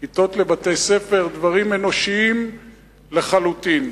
כיתות לבתי-ספר, דברים אנושיים לחלוטין.